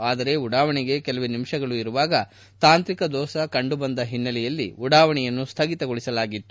ಆದರೆ ಉಡಾವಣೆಗೆ ಕೇಲವೇ ನಿಮಿಷಗಳು ಇರುವಾಗ ತಾಂತ್ರಿಕ ದೋಷಗಳು ಕಂಡುಬಂದ ಹಿನ್ನೆಲೆಯಲ್ಲಿ ಉಡಾವಣೆಯನ್ನು ಸ್ಥಗಿತಗೊಳಿಸಲಾಗಿತ್ತು